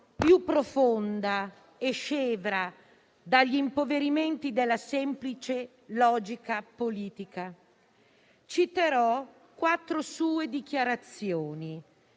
più profonda e scevra dagli impoverimenti della semplice logica politica. Citerò quattro sue dichiarazioni